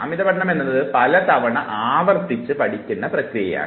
അമിത പഠനമെന്നത് പല തവണ ആവർത്തിക്കുന്ന പ്രക്രിയയാണ്